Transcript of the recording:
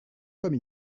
comme